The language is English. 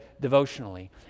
devotionally